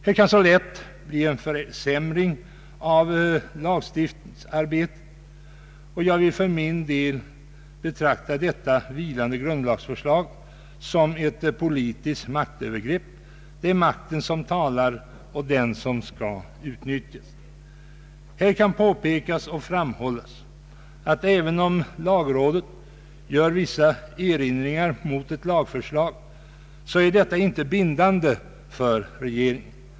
Det kan så lätt bli en försämring av lagstiftningsarbetet. Jag vill för min del betrakta detta vilande grundlagsförslag som ett politiskt maktövergrepp: det är makten som talar och det är den som skall utövas. Här kan påpekas och framhållas att även om lagrådet gör vissa erinringar mot ett lagförslag, så är detta inte bindande för regeringen.